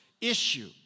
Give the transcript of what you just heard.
issue